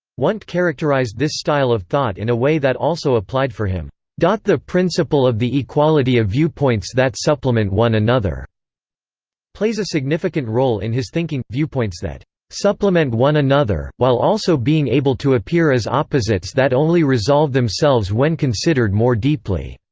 wundt characterised this style of thought in a way that also applied for him the principle of the equality of viewpoints that supplement one another plays a significant role in his thinking viewpoints that supplement one another, while also being able to appear as opposites that only resolve themselves when considered more deeply.